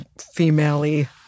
female-y